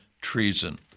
treason